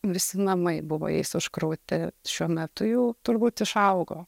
visi namai buvo jais užkrauti šiuo metu jau turbūt išaugo